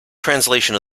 translation